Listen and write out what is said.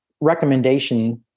recommendation